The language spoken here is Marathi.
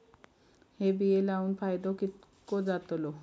हे बिये लाऊन फायदो कितको जातलो?